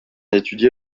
étudier